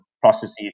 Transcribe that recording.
processes